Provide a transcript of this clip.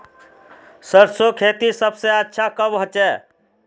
सरसों खेती सबसे अच्छा कब होचे?